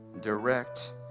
direct